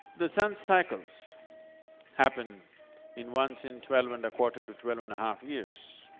the sun's cycles happen in once in twelve and a quarter to twelve and a half years.